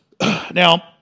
Now